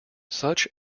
such